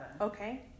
Okay